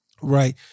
right